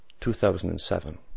2007